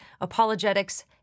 apologetics